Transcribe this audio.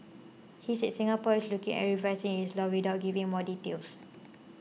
he said Singapore is looking at revising its laws without giving more details